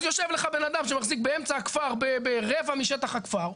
אז יושב לך בן אדם שמחזיק באמצע הכפר ברבע משטח הכפר,